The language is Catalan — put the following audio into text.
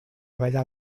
ballar